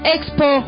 Expo